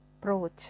approach